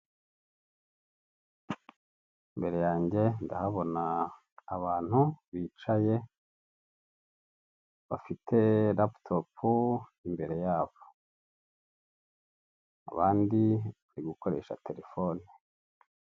Imbere yange ndahabona abantu bicaye bafite laputopu imbere yabo, abandi bari gukoresha telefone.